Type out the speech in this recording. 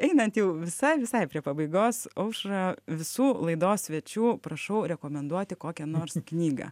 einant jau visai visai prie pabaigos aušra visų laidos svečių prašau rekomenduoti kokią nors knygą